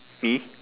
me